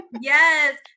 Yes